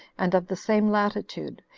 and of the same latitude,